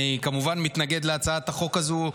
אני כמובן מתנגד להצעת החוק הזאת,